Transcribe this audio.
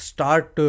Start